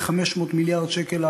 יהיו 500 מיליארד שקל,